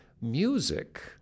music